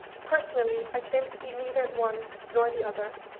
personally, i claim to be neither one nor the other.